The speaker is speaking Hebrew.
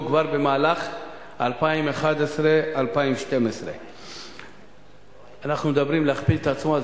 כבר במהלך 2011 2012. אנחנו מדברים על להכפיל את עצמו,